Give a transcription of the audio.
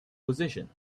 position